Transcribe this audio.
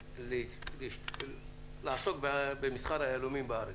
ולעסוק במסחר היהלומים בארץ.